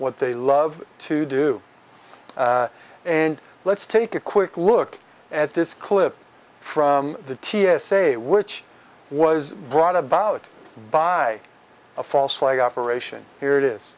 what they love to do and let's take a quick look at this clip from the t s a which was brought about by a false flag operation here it is